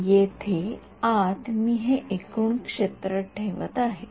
तर येथे आत मी हे एकूण क्षेत्र ठेवत आहे